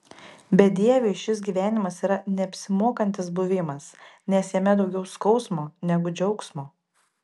bedieviui šis gyvenimas yra neapsimokantis buvimas nes jame daugiau skausmo negu džiaugsmo